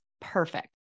perfect